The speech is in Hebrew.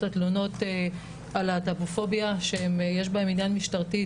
התלונות על להט"בופוביה שיש בהן עניין משטרתי,